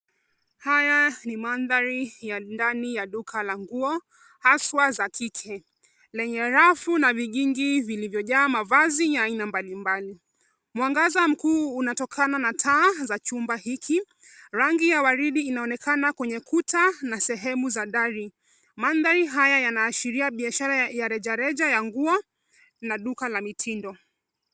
Haya ni mandhari ya ndani ya duka la nguo, haswa za kike yenye rafu na vigingi vilivyojaa mavazi ya aina mbalimbali. Mwangaza mkuu unatokana na taa za chumba hiki. Rangi ya waridi inaonekana kwenye kuta na sehemu za dari. Mandhari haya yanaashiria biashara ya rejareja ya nguo na duka la mitindo.